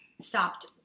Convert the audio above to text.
stopped